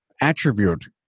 attribute